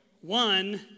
one